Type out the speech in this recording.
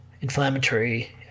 inflammatory